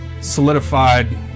solidified